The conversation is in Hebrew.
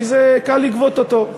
כי קל לגבות אותו.